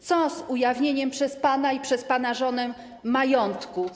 Co z ujawnieniem przez pana i przez pana żonę majątku?